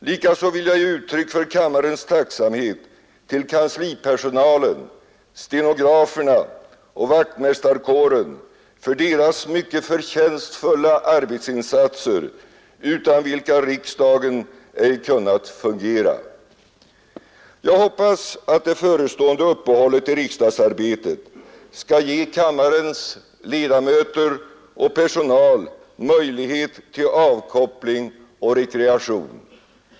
Likaså vill jag ge uttryck för kammarens tacksamhet till kanslipersonalen, stenograferna och vaktmästarkåren för deras mycket förtjänstfulla arbetsinsatser utan vilka riksdagen ej kunnat fungera. Jag hoppas att det förestående uppehållet i riksdagsarbetet skall ge kammarens ledamöter och personal möjlighet till avkoppling och rekreation.